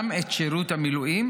יהיה להביא בחשבון גם את שירות המילואים,